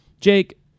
jake